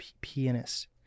pianist